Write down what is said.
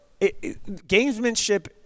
gamesmanship